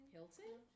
Hilton